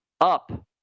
up